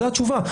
זאת התשובה.